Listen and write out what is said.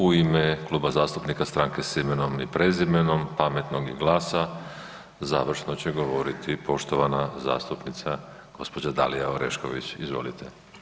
U ime Kluba zastupnika Stranke s imenom i prezimenom, Pametnog i GLAS-a, završno će govoriti poštovana zastupnica g. Dalija Orešković, izvolite.